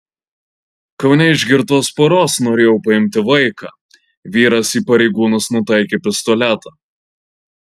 kaune iš girtos poros norėjo paimti vaiką vyras į pareigūnus nutaikė pistoletą